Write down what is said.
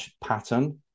pattern